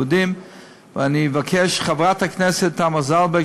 של חברת הכנסת תמר זנדברג,